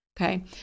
Okay